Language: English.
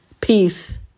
Peace